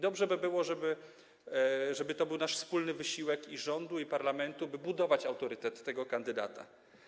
Dobrze by było, żeby to był nasz wspólny wysiłek, i rządu, i parlamentu, by budować autorytet tego kandydata.